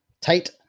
tight